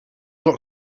got